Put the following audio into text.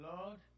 Lord